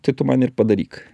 tai tu man ir padaryk